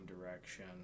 direction